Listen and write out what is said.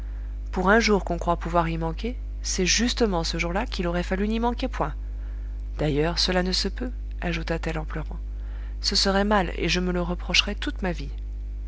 pour un jour qu'on croit pouvoir y manquer c'est justement ce jour-là qu'il aurait fallu n'y manquer point d'ailleurs cela ne se peut ajouta-t-elle en pleurant ce serait mal et je me le reprocherais toute ma vie